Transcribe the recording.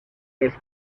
los